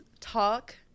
talk